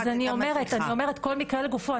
אז אני אומרת, כל מקרה לגופו.